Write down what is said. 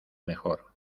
mejor